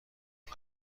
قهر